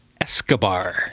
Escobar